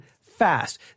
fast